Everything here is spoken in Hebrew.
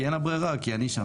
כי אין לה ברירה, כי אני שם.